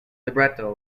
libretto